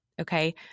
Okay